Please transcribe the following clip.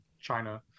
china